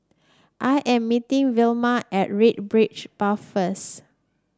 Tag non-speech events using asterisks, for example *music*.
I am meeting Vilma at Red *unintelligible* Path first